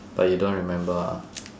but you don't remember ah